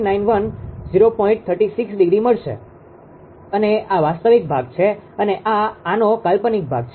36° મળશે અને આ વાસ્તવિક ભાગ છે અને આ આનો કાલ્પનિક ભાગ છે